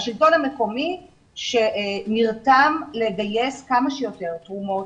השלטון המקומי נרתם לגייס כמה שיותר תרומות,